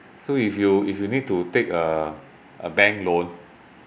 so if you if you need to take a a bank loan